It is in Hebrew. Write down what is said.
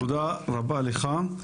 תודה רבה לך.